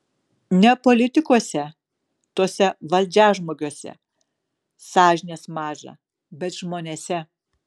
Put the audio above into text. ne politikuose tuose valdžiažmogiuose sąžinės maža bet žmonėse